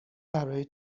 برای